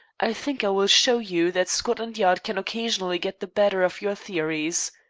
i think i will show you that scotland yard can occasionally get the better of your theories.